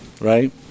right